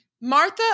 Martha